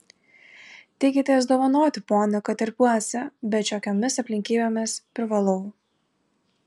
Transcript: teikitės dovanoti pone kad terpiuosi bet šiokiomis aplinkybėmis privalau